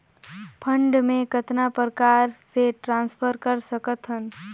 Fund मे कतना प्रकार से ट्रांसफर कर सकत हन?